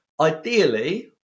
Ideally